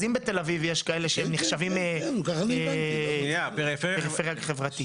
אז אם בתל אביב יש כאלה שהם נחשבים פריפריה חברתית.